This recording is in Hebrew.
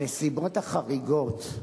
הנסיבות החריגות,